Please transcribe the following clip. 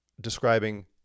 describing